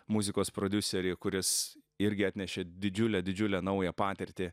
muzikos prodiuserį kuris irgi atnešė didžiulę didžiulę naują patirtį